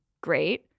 great